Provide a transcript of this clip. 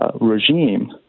regime